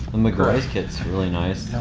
the mcgaughys kit's really nice.